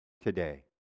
today